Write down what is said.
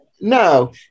No